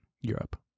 Europe